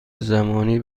زمانی